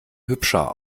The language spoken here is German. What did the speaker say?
hübscher